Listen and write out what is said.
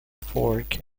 fork